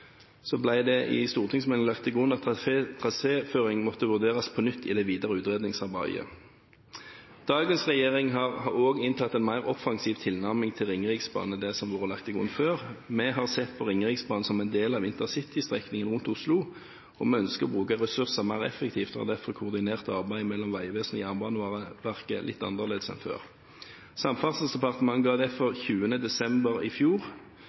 det i stortingsmeldingen lagt til grunn at traséføring måtte vurderes på nytt i det videre utredningsarbeidet. Dagens regjering har også inntatt en mer offensiv tilnærming til Ringeriksbanen enn det som har vært lagt til grunn før. Vi har sett på Ringeriksbanen som en del av intercitystrekningen mot Oslo, og vi ønsker å bruke ressurser mer effektivt og har derfor koordinert arbeidet mellom Vegvesenet og Jernbaneverket litt annerledes enn før. Samferdselsdepartementet ga derfor 20. desember i fjor